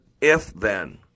if-then